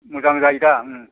मोजां जायोदा